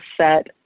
set